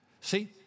See